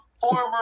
former